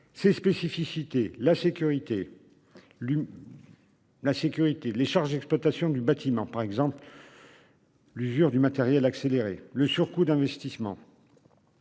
la sécurité. La sécurité les charges exploitation du bâtiment par exemple. L'usure du matériel accélérer le surcoût d'investissement.